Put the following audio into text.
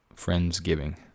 Friendsgiving